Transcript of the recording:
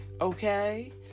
Okay